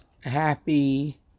Happy